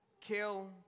kill